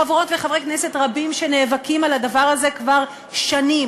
חברות וחברי כנסת רבים שנאבקים על הדבר הזה כבר שנים.